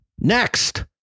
Next